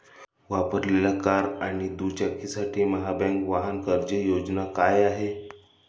वापरलेल्या कार आणि दुचाकीसाठी महाबँक वाहन कर्ज योजना काय आहे?